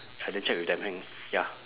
ya then check with them and ya